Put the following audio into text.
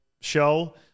show